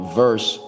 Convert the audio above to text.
verse